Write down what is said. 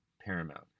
paramount